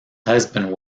husband